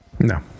No